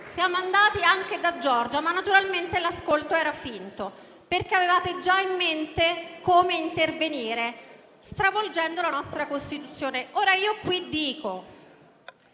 Siamo andati anche da Giorgia, ma naturalmente l'ascolto era finto, perché avevate già in mente come intervenire, stravolgendo la nostra Costituzione. Vi siete